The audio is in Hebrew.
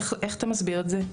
איך אתה מסביר את זה?